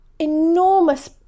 enormous